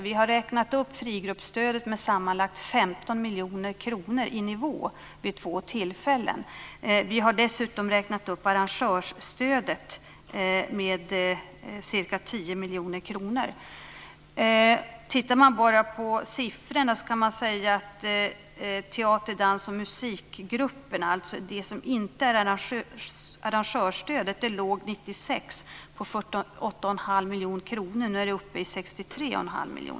Vi har räknat upp frigruppsstödet i nivå vid två tillfällen med sammanlagt 15 miljoner kronor. Vi har dessutom räknat upp arrangörsstödet med ca 10 miljoner kronor. Tittar man bara på siffrorna kan man för teater-, dans och musikgrupperna säga att arrangörsstödet 1996 låg på 8 1⁄2 miljoner kronor.